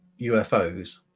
UFOs